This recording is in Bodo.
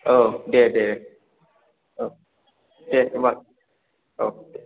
औ दे दे औ दे होनबा औ